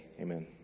Amen